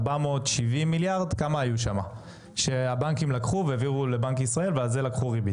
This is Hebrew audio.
470 מיליארד שהבנקים לקחו והעבירו לבנק ישראל ועל זה לקחו ריבית.